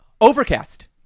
Overcast